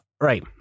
right